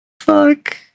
fuck